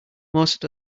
most